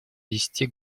десяти